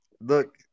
look